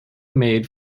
made